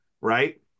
right